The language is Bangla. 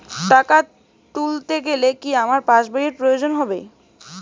টাকা তুলতে গেলে কি আমার পাশ বইয়ের প্রয়োজন হবে?